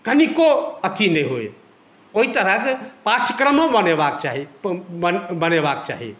कनिको अथी नहि होइ ओहि तरहक पाठ्यक्रमो बनयबाक चाही बनयबाक चाही